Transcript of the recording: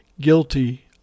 guilty